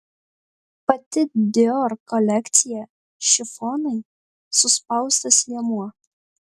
pati dior kolekcija šifonai suspaustas liemuo